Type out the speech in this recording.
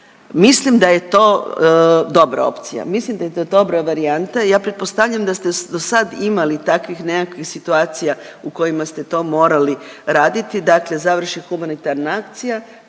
mislim da je to dobra opcija, mislim da je to dobra varijanta i ja pretpostavljam da ste dosad imali takvih nekakvih situacija u kojima ste to morali raditi, dakle završi humanitarna akcija,